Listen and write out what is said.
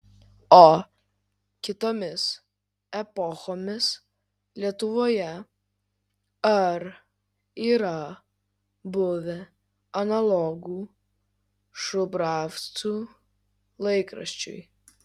o kitomis epochomis lietuvoje ar yra buvę analogų šubravcų laikraščiui